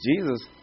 Jesus